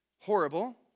horrible